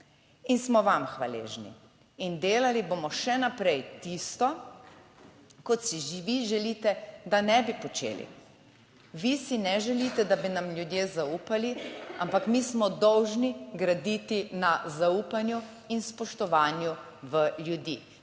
In smo vam hvaležni in delali bomo še naprej tisto, kot si vi želite, da ne bi počeli. Vi si ne želite, da bi nam ljudje zaupali, ampak mi smo dolžni graditi na zaupanju in spoštovanju v ljudi.